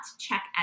check